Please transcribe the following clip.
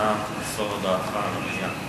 נא מסור הודעתך למליאה.